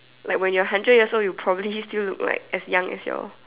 like when you are hundred years old you probably still look like as young as your